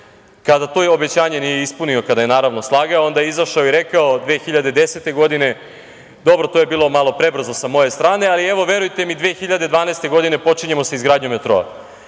Kada to obećanje nije ispunio, kada je naravno slagao, onda je izašao i rekao 2010. godine – dobro, to je bilo malo prebrzo sa moje strane, ali evo, verujte mi, 2012. godine počinjemo sa izgradnjom metroa.